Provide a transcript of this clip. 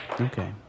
Okay